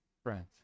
Friends